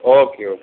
okay okay